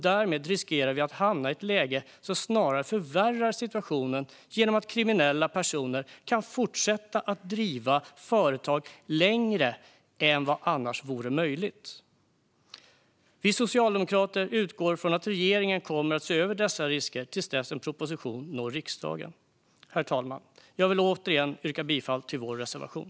Därmed riskerar vi att hamna i ett läge som snarare förvärrar situationen, genom att kriminella personer skulle kunna fortsätta driva företag längre än vad som annars vore möjligt. Vi socialdemokrater utgår från att regeringen kommer att se över dessa risker tills det att en proposition når riksdagen. Herr talman! Jag vill återigen yrka bifall till vår reservation.